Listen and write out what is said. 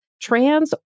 trans